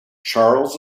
charles